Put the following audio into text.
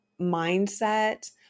mindset